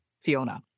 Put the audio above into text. fiona